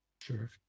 Sure